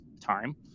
time